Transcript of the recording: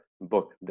book